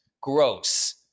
Gross